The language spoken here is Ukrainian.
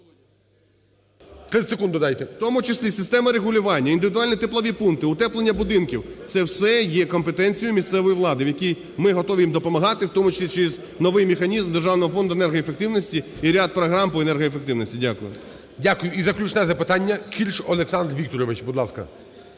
30 секунд додайте. ГРОЙСМАН В.Б. В тому числі система регулювання, індивідуальні теплові пункти, утеплення будинків – це все є компетенцією місцевої влади, якій ми готові їм допомагати, в тому числі через новий механізм Державного фонду енергоефективності і ряд програм по енергоефективності. Дякую. ГОЛОВУЮЧИЙ. Дякую. І заключне запитання Кірш Олександр Вікторович, будь ласка.